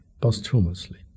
posthumously